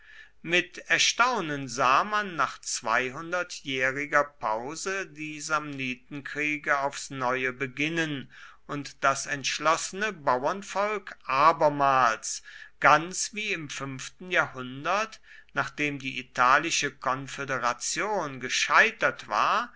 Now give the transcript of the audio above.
mit erstaunen sah man nach zweihundertjähriger pause die samnitenkriege aufs neue beginnen und das entschlossene bauernvolk abermals ganz wie im fünften jahrhundert nachdem die italische konföderation gescheitert war